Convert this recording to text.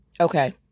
Okay